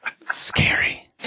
Scary